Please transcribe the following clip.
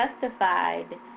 justified